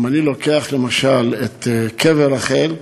אם אני לוקח, למשל, את קבר רחל,